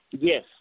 Yes